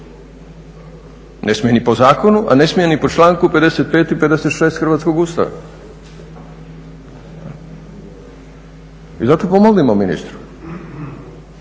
ne smije ni po zakonu, a ne smije ni po članku 55. i 56. Hrvatskog Ustava I zato pomognimo ministru